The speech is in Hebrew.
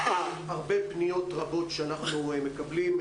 יש הרבה פניות שאנחנו מקבלים.